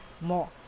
more